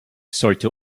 sollte